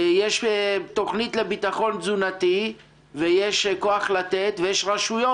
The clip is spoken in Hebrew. יש תוכנית לביטחון תזונתי ויש "כוח לתת" ויש רשויות,